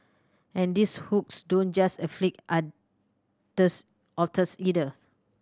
and these hooks don't just afflict otters either